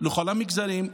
לכל המגזרים.